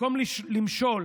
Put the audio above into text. במקום למשול,